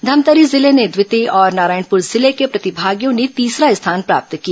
धमतरी जिले ने द्वितीय और नारायणपुर जिले के प्रतिभागियों ने तीसरा स्थान प्राप्त किया